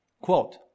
Quote